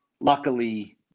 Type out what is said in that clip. luckily